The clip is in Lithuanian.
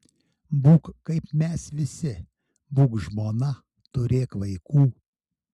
būk kaip mes visi būk žmona turėk vaikų